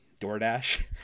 DoorDash